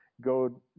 go